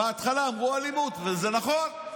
בהתחלה אמרו "אלימות", וזה נכון.